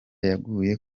yaguye